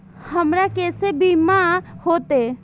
हमरा केसे बीमा होते?